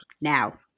now